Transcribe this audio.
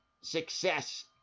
success